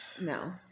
no